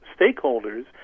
stakeholders